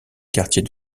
quartiers